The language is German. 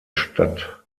stadt